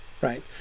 right